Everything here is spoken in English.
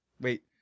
Wait